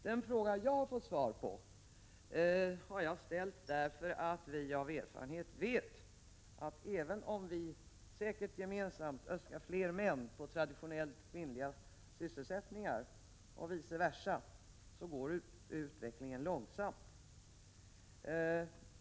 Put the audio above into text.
Den fråga jag har fått svar på har jag ställt därför att vi av erfarenhet vet att, även om alla säkert önskar fler män i traditionellt kvinnliga sysselsättningar och vice versa, utvecklingen går långsamt.